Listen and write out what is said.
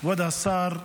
כבוד השר,